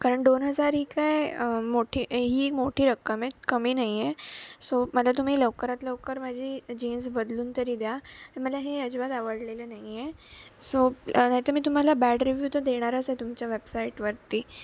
कारण दोन हजार ही काय मोठी ही मोठी रक्कम आहे कमी नाही आहे सो मला तुम्ही लवकरात लवकर माझी जीन्स बदलून तरी द्या मला हे अजिबात आवडलेलं नाही आहे सो नाहीतर मी तुम्हाला बॅड रीव्यू तर देणारच आहे तुमच्या वेबसाईटवरती